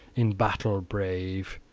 in battle brave.